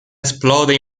esplode